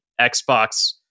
Xbox